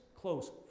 close